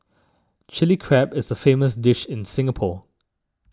Chilli Crab is a famous dish in Singapore